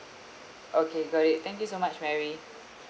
okay got it thank you so much mary